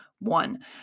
one